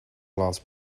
last